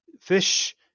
fish